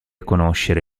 conoscere